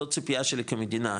זאת צפייה שלי כמדינה,